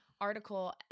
article